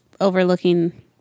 overlooking